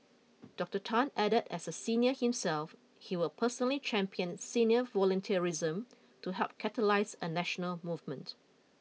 Doctor Tan added as a senior himself he will personally champion senior volunteerism to help catalyse a national movement